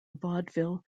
vaudeville